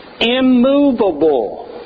immovable